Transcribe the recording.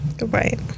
right